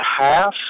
half